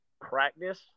practice